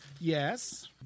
yes